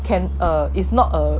can err is not err